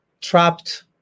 trapped